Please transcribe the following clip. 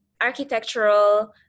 architectural